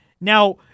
now